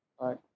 right